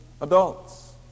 adults